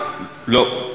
לא,